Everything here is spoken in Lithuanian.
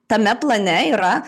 tame plane yra